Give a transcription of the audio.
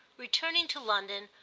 returning to london,